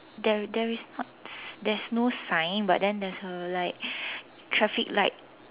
there there is not there's no sign but then there's a like traffic light